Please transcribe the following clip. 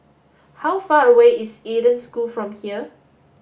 how far away is Eden School from here